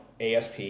ASP